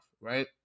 right